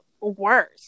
worse